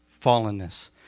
fallenness